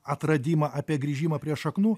atradimą apie grįžimą prie šaknų